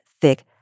thick